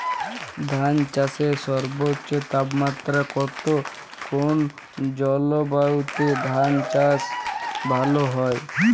ধান চাষে সর্বোচ্চ তাপমাত্রা কত কোন জলবায়ুতে ধান চাষ ভালো হয়?